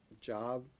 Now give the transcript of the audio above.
job